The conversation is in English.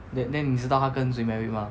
then then 你知道他跟谁 get married 吗